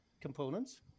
components